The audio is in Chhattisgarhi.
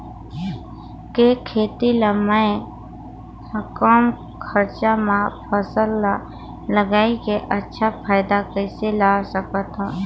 के खेती ला मै ह कम खरचा मा फसल ला लगई के अच्छा फायदा कइसे ला सकथव?